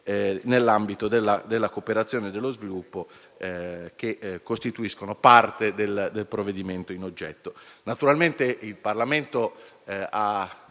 nell'ambito della cooperazione lo sviluppo, che costituiscono parte del provvedimento in oggetto. Il Parlamento ha